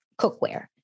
cookware